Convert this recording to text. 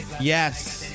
Yes